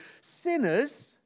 Sinners